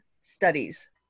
studies